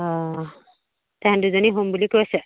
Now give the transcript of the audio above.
অ তেহেঁত দুজনী হোম বুলি কৈছে